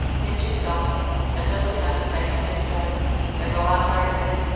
a pinch of salt and milk enough to make a stiff dough then roll out very thin.